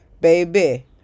Baby